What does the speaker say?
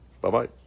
Bye-bye